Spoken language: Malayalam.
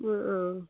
ആ ആ